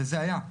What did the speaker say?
וזה היה.